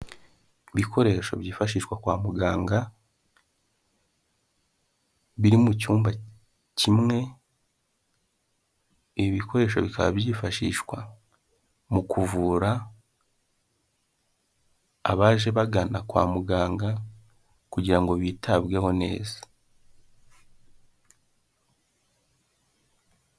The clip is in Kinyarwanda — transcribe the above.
Ibikoresho byifashishwa kwa muganga, biri mu cyumba kimwe, ibi bikoresho bikaba byifashishwa mu kuvura abaje bagana kwa muganga kugira bitabweho neza.